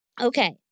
okay